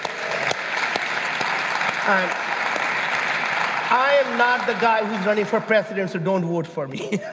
um i am not the guy who's running for president, so don't vote for me